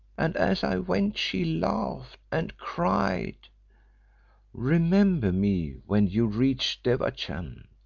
and as i went she laughed, and cried remember me when you reach devachan,